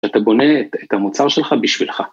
‫אתה בונה... את-את המוצר שלך, בשבילך.